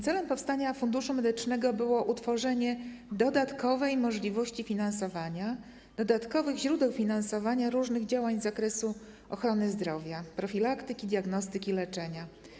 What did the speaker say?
Celem utworzenia Funduszu Medycznego było utworzenie dodatkowej możliwości finansowania, dodatkowych źródeł finansowania różnych działań z zakresu ochrony zdrowia: profilaktyki, diagnostyki, leczenia.